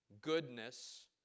goodness